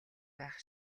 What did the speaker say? байх